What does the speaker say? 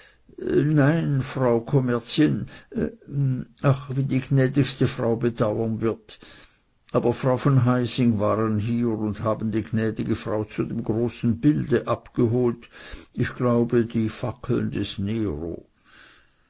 nein frau kommerzien ach wie die gnädige frau bedauern wird aber frau von heysing waren hier und haben die gnädige frau zu dem großen bilde abgeholt ich glaube die fackeln des nero